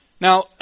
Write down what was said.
now